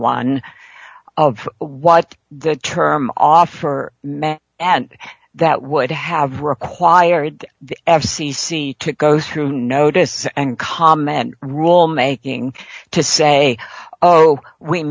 one of what the term offer met and that would have required the f c c to go through notice and comment rule making to say oh we